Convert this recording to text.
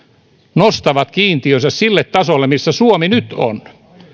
nostavat kiintiönsä sille tasolle missä suomi nyt on